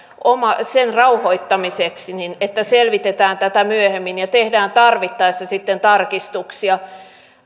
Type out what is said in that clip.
sen rauhoittamiseksi että selvitetään tätä myöhemmin ja tehdään tarvittaessa sitten tarkistuksia